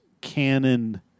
canon